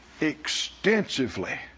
extensively